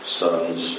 sons